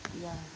ya